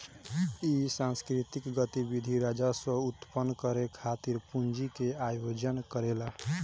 इ सांस्कृतिक गतिविधि राजस्व उत्पन्न करे खातिर पूंजी के आयोजन करेला